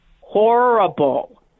horrible